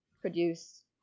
produce